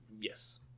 yes